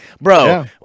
bro